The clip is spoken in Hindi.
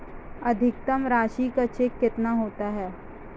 अधिकतम राशि का चेक कितना होता है?